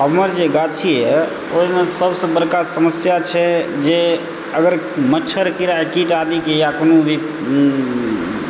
हमर जे गाछी यऽ ओहिमे सबसँ बड़का समस्या छै जे अगर मच्छर कीड़ा कीट आदिके या कोनो भी